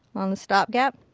on the stop gap.